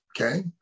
okay